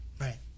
Right